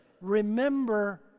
remember